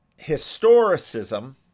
historicism